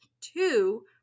two